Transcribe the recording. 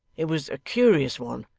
it was a curious one.